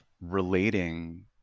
relating